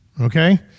Okay